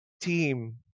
team